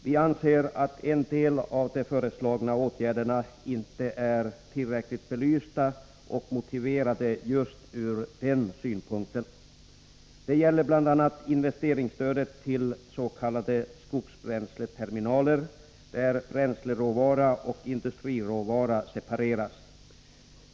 Vi anser att en del av de föreslagna åtgärderna inte är tillräckligt belysta, och vi motiverar vår ståndpunkt just med hänsyn till detta. Det gäller bl.a. investeringsstödet till s.k. skogsbränsleterminaler där bränsleråvara och industriråvara separeras.